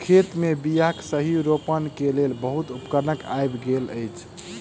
खेत मे बीयाक सही रोपण के लेल बहुत उपकरण आइब गेल अछि